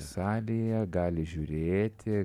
salėje gali žiūrėti